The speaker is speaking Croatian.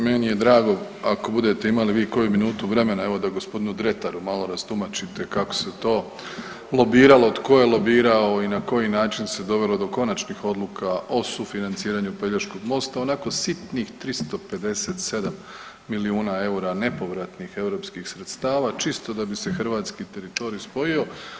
Meni je drago ako budete imali vi koju minutu vremena evo da gospodinu Dretaru malo rastumačite kako se to lobiralo, tko je lobirao i na koji način se dovelo do konačnih odluka o sufinanciranju Pelješkog mosta, onako sitnih 357 milijuna eura nepovratnih europskih sredstava čisto da bi se hrvatski teritorij spojio.